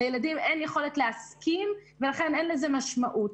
לילדים אין יכולת להסכים, ולכן אין לזה משמעות.